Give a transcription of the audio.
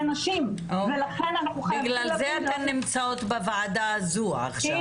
בגלל זה אתן נמצאות בוועדה הזו עכשיו.